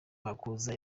makuza